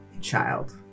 child